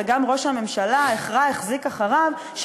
וגם ראש הממשלה החרה החזיק אחריו,